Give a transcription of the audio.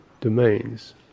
domains